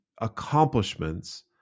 accomplishments